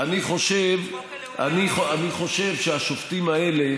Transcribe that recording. אני חושב שהשופטים האלה